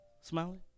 Smiling